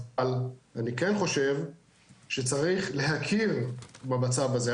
אבל אני כן חושב שצריך להכיר במצב הזה.